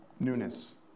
newness